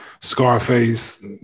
Scarface